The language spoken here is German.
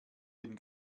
den